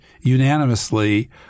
unanimously